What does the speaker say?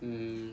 um